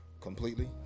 completely